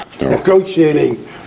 negotiating